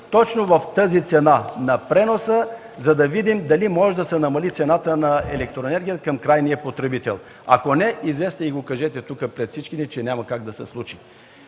точно в тази цена – на преноса, за да видим дали може да се намали цената на електроенергията към крайния потребител. Ако не, излезте и го кажете тук пред всички ни, че няма как да се случи.